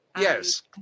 Yes